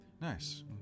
Nice